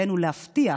עלינו להבטיח